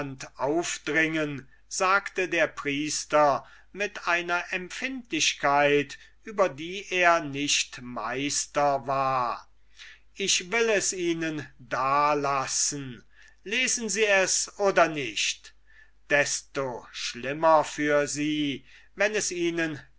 aufdringen sagte der priester mit einer empfindlichkeit über die er nicht meister war ich will es ihnen da lassen lesen sie es oder nicht desto schlimmer für sie wenn ihnen